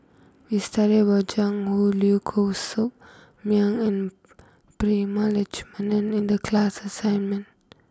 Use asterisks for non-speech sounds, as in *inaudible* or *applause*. we studied about Jiang Hu Liu Koh Sock Miang and *noise* Prema Letchumanan in the class assignment